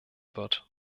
wird